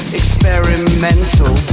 experimental